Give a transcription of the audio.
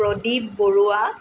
Pradip Barua